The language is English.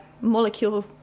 molecule